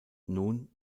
nun